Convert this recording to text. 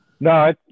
No